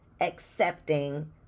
accepting